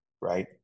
right